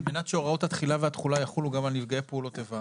על מנת שהוראות התחילה והתחולה יחולו גם על נפגעי פעולות איבה